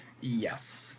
Yes